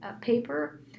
paper